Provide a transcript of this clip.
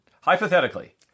Hypothetically